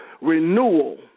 renewal